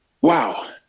wow